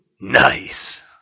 Nice